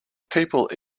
people